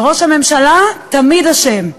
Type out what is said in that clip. וראש הממשלה תמיד אשם,